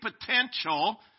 potential